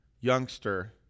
youngster